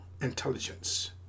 intelligence